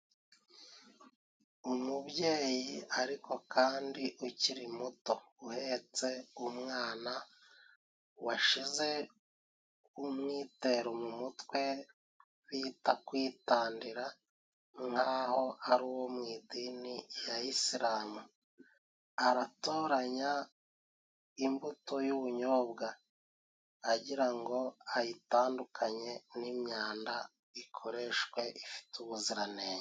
Umubyeyi, ariko kandi ukiri muto uhetse umwana, washize umwitero mu mutwe bita kwitandira , nk'aho ari uwo mu idini ya isilamu. Aratoranya imbuto y'ubunyobwa agira ngo ayitandukanye n'imyanda, ikoreshwe ifite ubuziranenge.